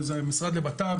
המשרד לבט"פ,